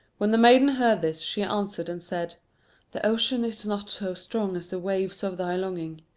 when the maiden heard this, she answered and said the ocean is not so strong as the waves of thy longing.